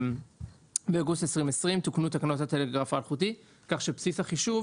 באוגוסט 2020 תוקנו תקנות הטלגרף האלחוטי כך שבסיס החישוב